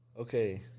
Okay